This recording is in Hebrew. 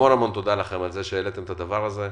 המון-המון תודה לכם על זה שהעליתם את הדבר הזה.